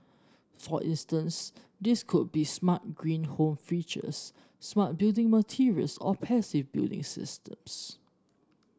for instance these could be smart green home features smart building materials or passive building systems